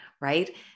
Right